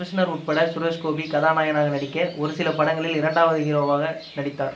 commissioner உட்பட சுரேஷ்கோபி கதாநாயகனாக நடிக்க ஒரு சில படங்களில் இரண்டாவது ஹீரோவாக நடித்தார்